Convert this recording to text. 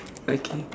okay